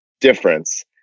difference